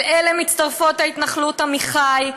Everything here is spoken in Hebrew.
אל אלה מצטרפות ההתנחלות עמיחי,